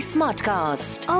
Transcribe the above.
Smartcast